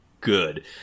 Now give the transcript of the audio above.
good